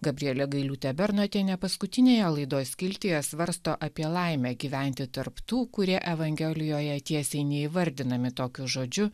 gabrielė gailiūtė bernotienė paskutinėje laidos skiltyje svarsto apie laimę gyventi tarp tų kurie evangelijoje tiesiai neįvardinami tokiu žodžiu